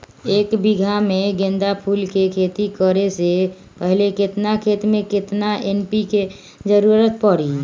एक बीघा में गेंदा फूल के खेती करे से पहले केतना खेत में केतना एन.पी.के के जरूरत परी?